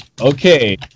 okay